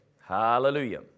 hallelujah